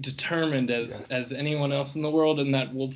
determined as as anyone else in the world and that will